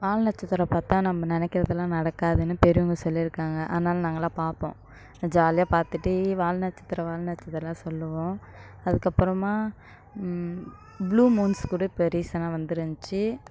வால் நட்சத்திரம் பார்த்தா நம்ம நினைக்கிறதெல்லாம் நடக்காதுனு பெரியவங்க சொல்லியிருக்காங்க அதனால நாங்கெல்லாம் பார்ப்போம் ஜாலியாக பார்த்துட்டு ஏ வால் நட்சத்திரம் வால் நட்சத்திரல்லாம் சொல்வோம் அதுக்கப்புறமாக ப்ளூ மூன்ஸ் கூட இப்போ ரீசெண்டாக வந்துருந்துச்சி